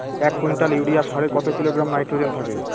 এক quintal urea সারে কত কিলোগ্রাম নাইট্রোজেন থাকে?